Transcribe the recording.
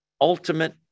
ultimate